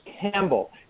Campbell